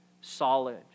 solid